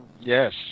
Yes